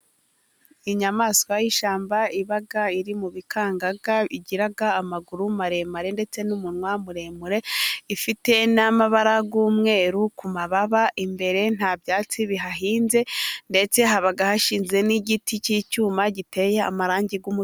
Inyamaswa y'ishyamba iba iri mu bikangaga, igira amaguru maremare ndetse n'umunwa muremure, ifite n'amabara y'umweru ku mababa, imbere nta byatsi bihahinze ndetse haba hashinze n'igiti, cy'icyuma giteye amarangi y'umutuku.